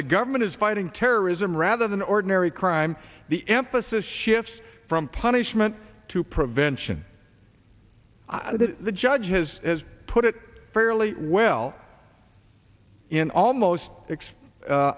the government is fighting terrorism rather than ordinary crime the emphasis shifts from punishment to prevention the judge has put it fairly well in almost